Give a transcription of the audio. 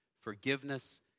Forgiveness